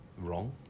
Wrong